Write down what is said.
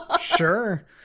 sure